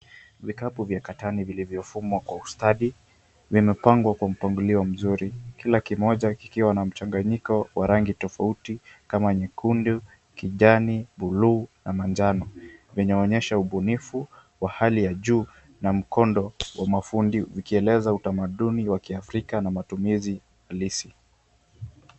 Vikapu vya katani viliyofungwa kwa ustadi, vimepangwa kwa mpangilio mzuri, kila kimoja kikiwa na mchanganyiko wa rangi tofauti kama nyekundu, kijani , buluu, na manjano. Vinaonyesha ubunifu wa hali ya juu na mkondo wa mafundi ukieleza utamaduni wa kiafrika na matumizi halisi.